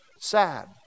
sad